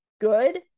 good